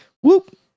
whoop